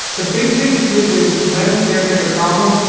the big thing to do is when there is a problem.